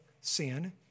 sin